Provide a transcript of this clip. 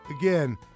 again